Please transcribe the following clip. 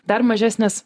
dar mažesnis